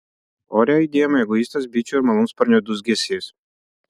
ore aidėjo mieguistas bičių ir malūnsparnių dūzgesys